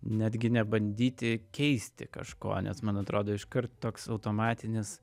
netgi nebandyti keisti kažko nes man atrodo iškart toks automatinis